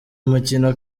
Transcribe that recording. mukino